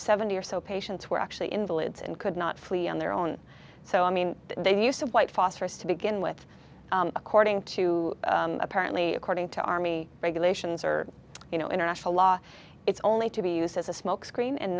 seventy or so patients were actually invalids and could not flee on their own so i mean they use of white phosphorous to begin with according to apparently according to army regulations or you know international law it's only to be used as a smoke screen and